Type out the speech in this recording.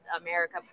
America